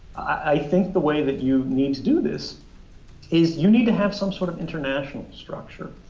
i think the way that you need to do this is you need to have some sort of international structure,